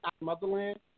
motherland